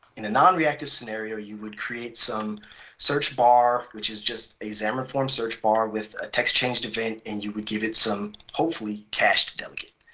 in a non-reactive scenario, you would create some search bar, which is just a xamarin forms search bar with a text changed event and you would give it some hopefully cached delegate.